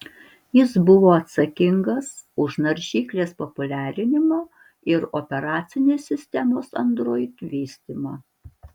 jis buvo atsakingas už naršyklės populiarinimą ir operacinės sistemos android vystymą